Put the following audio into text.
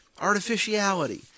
artificiality